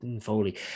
Foley